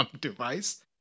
device